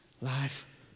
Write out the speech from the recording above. life